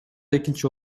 экинчи